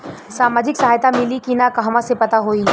सामाजिक सहायता मिली कि ना कहवा से पता होयी?